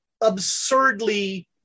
absurdly